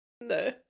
No